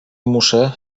muszę